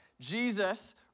Jesus